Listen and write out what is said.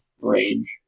range